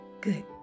Good